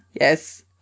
Yes